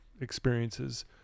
experiences